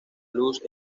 luz